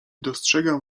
dostrzegam